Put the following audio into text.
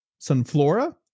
Sunflora